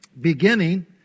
Beginning